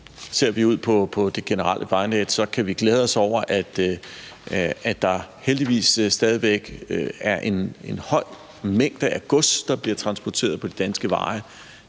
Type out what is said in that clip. Ser vi ud på det generelle vejnet, kan vi glæde os over, at der heldigvis stadig væk er en stor mængde gods, der bliver transporteret på de danske veje.